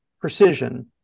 precision